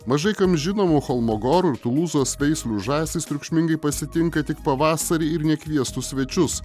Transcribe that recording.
mažai kam žinomų cholmogorų ir tulūzos veislių žąsys triukšmingai pasitinka tik pavasarį ir nekviestus svečius